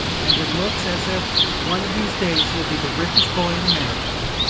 and it looks as if one of these days you'd be the richest boy in america.